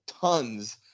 tons